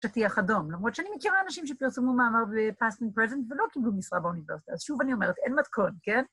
שטיח אדום, למרות שאני מכירה אנשים שפרסמו מאמר בpast & present ולא קיבלו משרה באוניברסיטה, אז שוב אני אומרת, אין מתכון, כן?